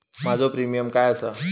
माझो प्रीमियम काय आसा?